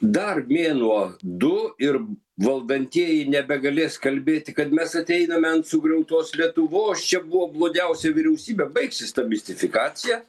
dar mėnuo du ir valdantieji nebegalės kalbėti kad mes ateiname ant sugriautos lietuvos čia buvo blogiausia vyriausybė baigsis ta mistifikacija